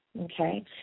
Okay